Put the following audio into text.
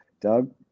doug